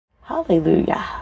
Hallelujah